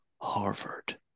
Harvard